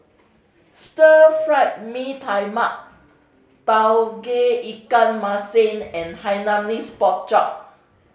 Stir Fried Mee Tai Mak Tauge Ikan Masin and Hainanese Pork Chop